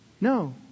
no